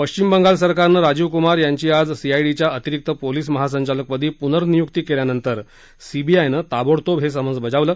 पश्चिम बंगाल सरकारनं राजीव कुमार यांची आज सीआयडीच्या अतिरिक्त पोलीस महासंचालक पदी पुनर्नियुक्ती केल्यानंतर सीबीआयनं ताबोडतोब हे समंस बजावलं